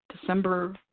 december